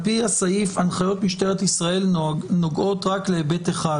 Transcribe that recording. על פי הסעיף הנחיות משטרת ישראל נוגעות רק להיבט אחד